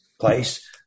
place